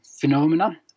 phenomena